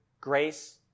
grace